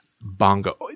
bongo